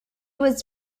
was